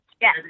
Yes